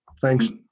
Thanks